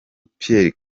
pierre